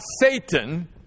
Satan